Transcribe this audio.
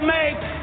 make